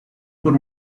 por